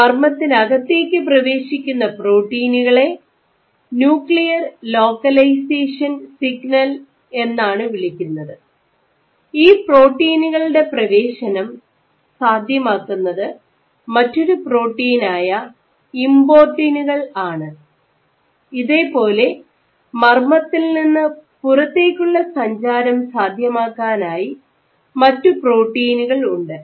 മർമ്മത്തിനകത്തേക്കു പ്രവേശിക്കുന്ന പ്രോട്ടീനുകളെ nuclear localization signal എന്നാണ് വിളിക്കുന്നത് ഈ പ്രോട്ടീനുകളുടെ പ്രവേശനം സാധ്യമാക്കുന്നത് മറ്റൊരു പ്രോട്ടീനായ ഇമ്പോർട്ടിനുകൾ ആണ് ഇതേപോലെ മർമ്മത്തിൽ നിന്ന് പുറത്തേക്കുള്ള സഞ്ചാരം സാധ്യമാക്കാനായി മറ്റു പ്രോട്ടീനുകൾ ഉണ്ട്